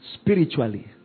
spiritually